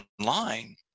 online